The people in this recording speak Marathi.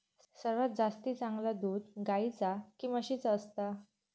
सर्वात जास्ती चांगला दूध गाईचा की म्हशीचा असता?